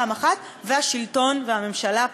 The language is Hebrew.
השלטון והממשלה.